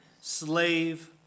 slave